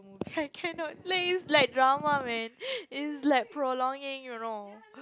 I cannot laze like drama man is like prolonging you know